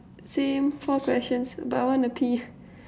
same four questions but I wanna pee